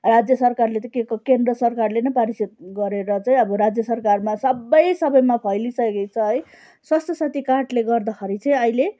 राज्य सरकारले त केको केन्द्र सरकारले नै पारिसत गरेर चाहिँ अब राज्य सरकारमा सबै सबैमा फैलिसकेको छ है स्वास्थ्यसाथी कार्डले गर्दाखेरि चाहिँ अहिले